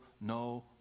no